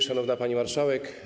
Szanowna Pani Marszałek!